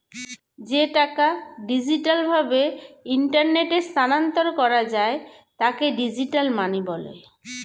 যে টাকা ডিজিটাল ভাবে ইন্টারনেটে স্থানান্তর করা যায় তাকে ডিজিটাল মানি বলে